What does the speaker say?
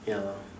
ya lor